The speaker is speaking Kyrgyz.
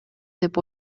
деп